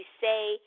say